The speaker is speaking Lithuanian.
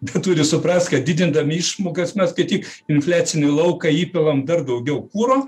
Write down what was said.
bet turi suprast kad didindami išmokas mes gi tik į infliacinį lauką įpilam dar daugiau kuro